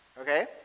okay